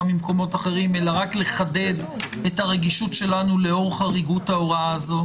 ממקומות אחרים אלא רק לחדד את הרגישות שלנו לאור חריגות ההוראה הזאת,